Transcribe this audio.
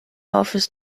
office